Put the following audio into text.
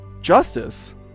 justice